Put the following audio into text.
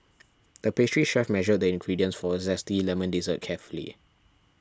the pastry chef measured the ingredients for a Zesty Lemon Dessert carefully